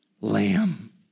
lamb